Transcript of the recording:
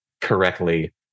correctly